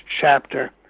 chapter